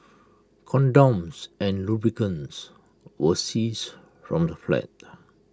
condoms and lubricants were seized from the flat